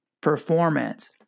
performance